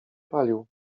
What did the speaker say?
palił